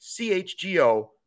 CHGO